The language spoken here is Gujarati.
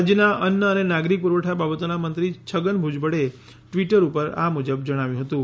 રાજ્યનાં અન્ન અને નાગરીક પુરવઠા બાબતોના મંત્રી છગન ભુજબળે ટ્વિટર ઉપર આ મુજબ જણાવ્યું હતું